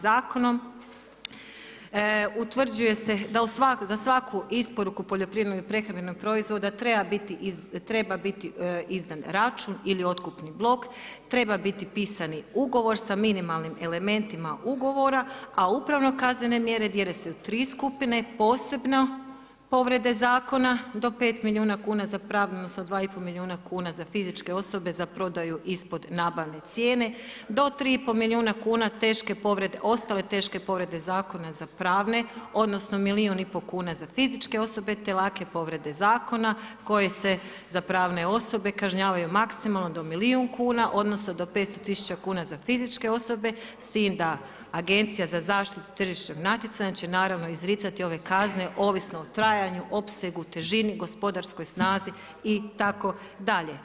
Zakon utvrđuje se da za svaku isporuku poljoprivrednog prehrambenog proizvoda treba biti izdan račun ili otkupni blok, treba biti pisani ugovor sa minimalnim elementima ugovora, a upravno-kaznene mjere dijele se u tri skupine posebno povrede zakona do 5 milijuna kuna za pravne odnosno 2,5 milijuna za fizičke osobe za prodaju ispod nabavne cijene do 3,5 milijuna kuna ostale teške povrede zakona za pravne odnosno 1,5 milijuna kuna za fizičke osobe te lake povrede zakona koje se za pravne osobe kažnjavaju maksimalno do milijun kuna odnosno do 500 000 kuna za fizičke osobe s tim da Agencija za zaštitu tržišnog natjecanja će naravno izricati ove kazne ovisno o trajanju, opsegu, težini, gospodarskoj snazi itd.